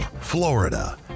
Florida